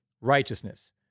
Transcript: Righteousness